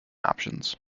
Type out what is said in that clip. options